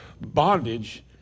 bondage